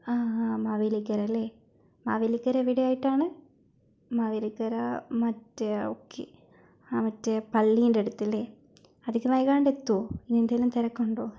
അ അ മാവേലിക്കര അല്ലേ മാവേലിക്കര എവിടെയായിട്ടാണ് മാവേലിക്കര മറ്റെ ഓക്കെ അതെ മറ്റേ പള്ളിന്റടുത്ത് അല്ലേ അധികം വൈകാണ്ട് എത്തുമോ ഇനിയെന്തേലും തിരക്കുണ്ടോ